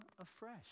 afresh